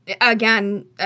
again